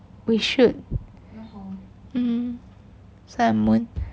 we should um sun and moon